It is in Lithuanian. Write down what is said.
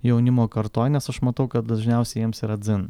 jaunimo kartoj nes aš matau kad dažniausiai jiems yra dzin